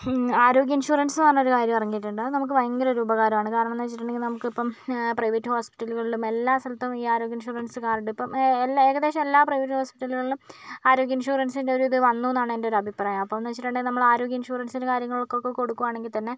ആരോഗ്യ ഇൻഷുറൻസ് എന്ന് പറഞ്ഞ് ഒരു കാര്യം ഇറങ്ങിയിട്ടുണ്ട് ഉപകാരാണ് കാരണമെന്താന്ന് വെച്ചിട്ടുണ്ടെങ്കിൽ നമുക്കിപ്പം ആ പ്രൈവറ്റ് ഹോസ്പിറ്റലുകളിലും എല്ലാ സ്ഥലത്തും ഈ ആരോഗ്യ ഇൻഷുറൻസ് കാർഡ് ഇപ്പം അ എല്ലാ ഏകദേശം എല്ലാ പ്രൈവറ്റ് ഹോസ്പിറ്റലുകളിലും ആരോഗ്യ ഇൻഷുറൻസിൻ്റെ ഒരു ഇത് വന്നൂന്നാണ് എൻ്റെ ഒര് അഭിപ്രായം അപ്പമെന്ന് വെച്ചിട്ടുണ്ടെങ്കിൽ നമ്മൾ ആരോഗ്യ ഇൻഷുറൻസ് കാര്യങ്ങളൊക്കെ കൊടുക്കുകയാണെങ്കിൽ തന്നെ